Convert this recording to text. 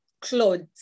clothes